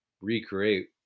recreate